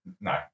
No